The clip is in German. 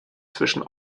zwischen